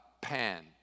Pan